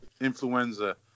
influenza